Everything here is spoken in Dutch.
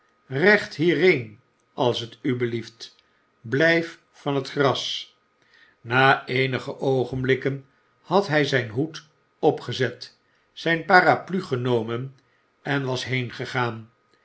eecht hierheen als t u belieft blyf van het gras i na eenige oogenblikken had hy zyn hoed opgezet zyn parapluie genomen en was